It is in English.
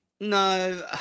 No